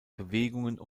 bewegungen